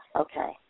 Okay